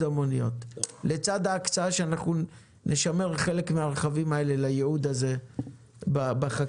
המוניות לצד ההקצאה שנשמר חלק מהרכבים האלה לייעוד הזה בחקיקה.